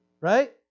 Right